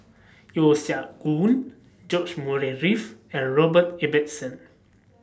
Yeo Siak Goon George Murray Reith and Robert Ibbetson